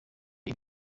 iri